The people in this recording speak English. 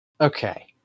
Okay